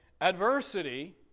adversity